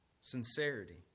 Sincerity